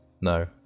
No